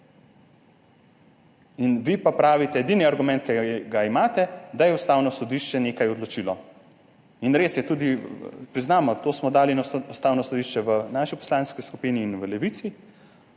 Vi pa pravite, edini argument, ki ga imate, da je Ustavno sodišče nekaj odločilo. In res je, tudi priznamo, to smo dali na Ustavno sodišče v naši poslanski skupini in v Levici,